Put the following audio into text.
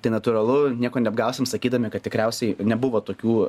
tai natūralu nieko neapgausim sakydami kad tikriausiai nebuvo tokių